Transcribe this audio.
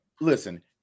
listen